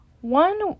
one